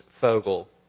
Fogel